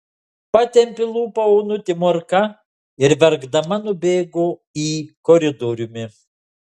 patempė lūpą onutė morka ir verkdama nubėgo į koridoriumi